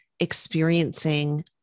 experiencing